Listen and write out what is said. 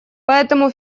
поэтому